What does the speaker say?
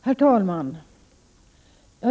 Herr talman!